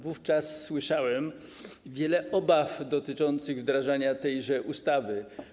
Wówczas słyszałem wiele obaw dotyczących wdrażania tejże ustawy.